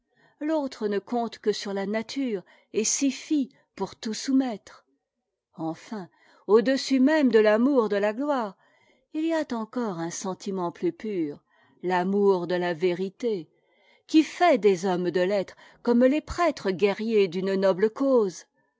l'autre ne compte que sur la nature et s'y fie pour tout soumettre enfin au-dessus même de l'amour de la gloire il y a encore un sentiment plus pur l'amour de la vérité qui fait des hommes de lettres comme les prêtres guerriers d'une noble cause